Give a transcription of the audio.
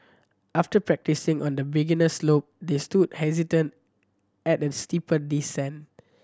after practising on the beginner slope they stood hesitated at a steeper descent